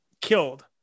killed